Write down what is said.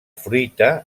fruita